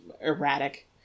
erratic